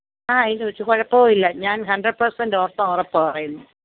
ആഹ് എഴുതി വെച്ചോ കുഴപ്പം ഇല്ല ഞാന് ഹണ്ട്രഡ് പേര്സെന്റ് ഓര്ത്തോ ഉറപ്പാ പറയുന്നത്